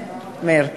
מאיר,